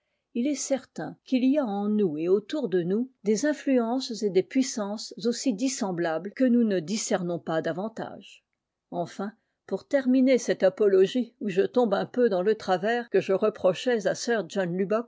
il est certain qu'il y a en nous et autour de nous des influences et des puissances aussi dissemblables que nous ne dis nons pas davantage enfin pour terminer celte apologie où je tombe un peu dans le travers que je reprochais à sir